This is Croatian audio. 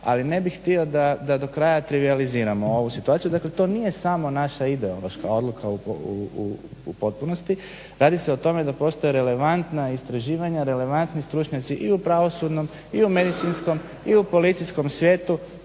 ali ne bih htio da do kraja trivijaliziramo ovu situaciju. Dakle, to nije samo naša ideološka odluka u potpunosti, radi se o tome da postoje relevantna istraživanja, relevantni stručnjaci i u pravosudnom i u medicinskom i u policijskom svijetu